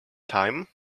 time